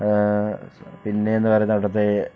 പിന്നെയെന്നു പറഞ്ഞാൽ അവിടുത്തെ